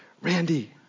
Randy